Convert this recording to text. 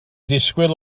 disgwyl